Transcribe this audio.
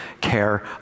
care